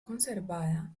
conservada